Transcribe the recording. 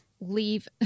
leave